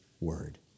word